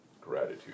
Gratitude